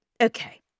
Okay